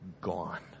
gone